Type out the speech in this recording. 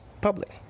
public